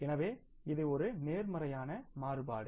எனவே இது ஒரு நேர்மறையான மாறுபாடு